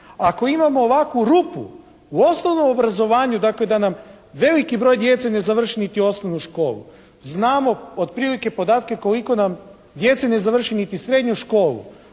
Ako imamo ovakvu rupu u osnovnom obrazovanju da nam veliki broj djece ne završi niti osnovnu školu. Znamo otprilike podatke koliko nam djece ne završi niti srednju školu.